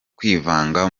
kwivanga